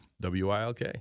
WILK